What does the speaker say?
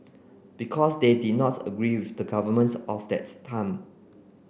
because they did not agree with the government of that time